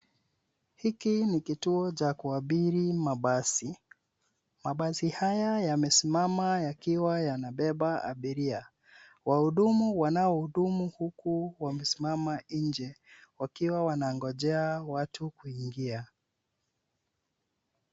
Hiki ni kituo cha kuabiri mabasi. Mabasi haya yamesimama yakiwa yanabeba abiria. Wahudumu wanaohudumu huku wamesimama nje wakiwa wanangojea watu kuingia.